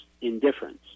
indifference